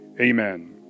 amen